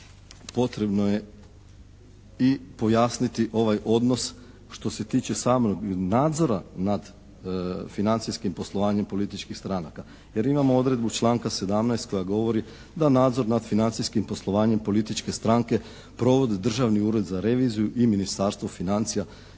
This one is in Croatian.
potrebno je i pojasniti ovaj odnos što se tiče samog nadzora nad financijskim poslovanjem političkih stranaka jer imamo odredbu članka 17. koja govori da nadzor nad financijskim poslovanjem političke stranke provodi Državni ured za reviziju i Ministarstvo financija,